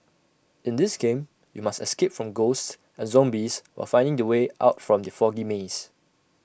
in this game you must escape from ghosts and zombies while finding the way out from the foggy maze